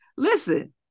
Listen